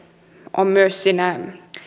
on myös siinä